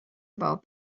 about